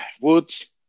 woods